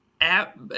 App